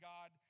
God